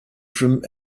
from